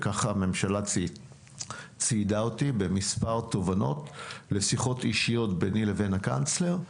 והממשלה ציידה אותי במספר תובנות לשיחות אישיות ביני לבין הקנצלר,